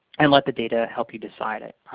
and let the data help you decide it.